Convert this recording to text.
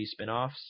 spinoffs